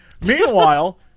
Meanwhile